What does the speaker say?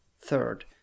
Third